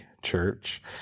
church